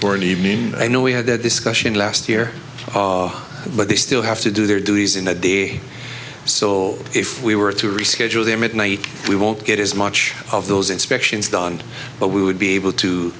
an evening i know we had that discussion last year but they still have to do their duties in a day so if we were to reschedule their midnight we won't get as much of those inspections done but we would be able to